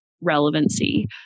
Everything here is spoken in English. relevancy